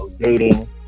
dating